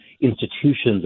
institutions